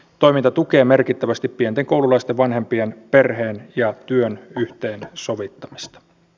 toiminta tukee merkittävästi pienten koululaisten vanhempien perheen ja työn yhteensovittamista